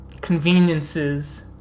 conveniences